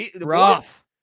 Rough